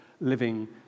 living